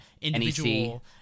individual